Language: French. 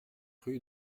rue